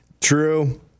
True